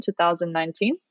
2019